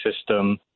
system